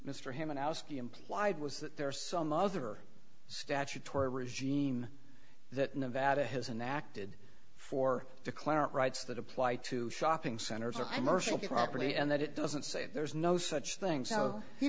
was implied was that there are some other statutory regime that nevada has and acted for declarant rights that apply to shopping centers or commercial property and that it doesn't say there is no such thing so he